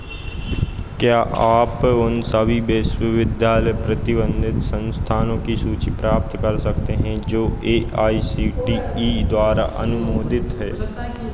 क्या आप उन सभी विश्वविद्यालय प्रबंधित संस्थानों की सूची प्राप्त कर सकते हैं जो A I C T E द्वारा अनुमोदित हैं